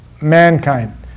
mankind